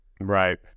Right